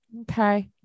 Okay